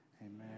amen